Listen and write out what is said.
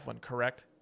correct